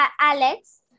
Alex